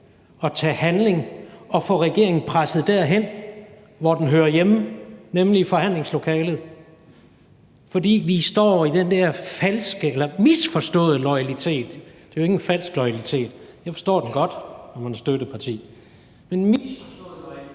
og tage handling og få regeringen presset derhen, hvor den hører hjemme, nemlig i forhandlingslokalet, fordi man står i den der falske eller misforståede loyalitet – det er jo ikke en falsk loyalitet; eg forstår den godt, når man er støtteparti – men altså misforståede loyalitet